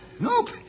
Nope